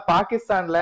Pakistan